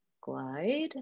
glide